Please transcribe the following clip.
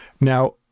Now